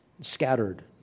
scattered